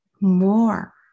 more